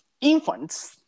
infants